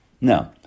No